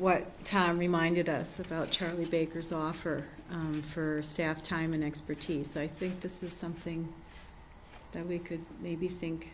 what time reminded us about charlie baker's offer for staff time and expertise i think this is something that we could maybe think